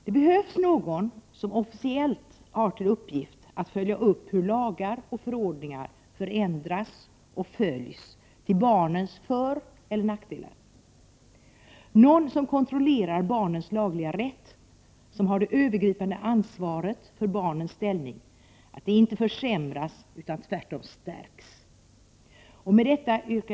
Det behövs någon som officiellt har till uppgift att följa upp hur lagar och förordningar förändras och följs till barnens föreller nackdel, någon som kontrollerar barnens lagliga rätt, någon som har ett övergripande ansvar för barnens ställning och ser till att den inte försämras utan tvärtom stärks.